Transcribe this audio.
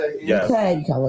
Yes